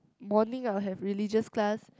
morning I will have religious class